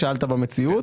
שאלת במציאות,